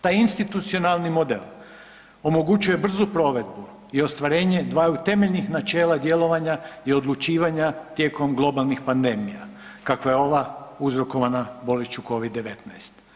Taj institucionalni model omogućuje brzu provedbu i ostvarenje dvaju temeljnih načela djelovanja i odlučivanja tijekom globalnih pandemija kakva je ova uzrokovana bolešću Covid-19.